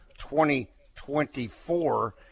2024